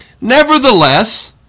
nevertheless